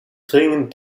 dringend